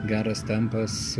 geras tempas